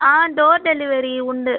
ஆ door delivery உண்டு